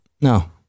no